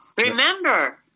Remember